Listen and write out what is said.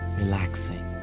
relaxing